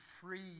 free